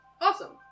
Awesome